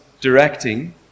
directing